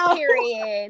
period